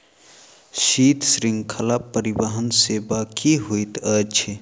शीत श्रृंखला परिवहन सेवा की होइत अछि?